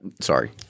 Sorry